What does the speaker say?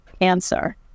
cancer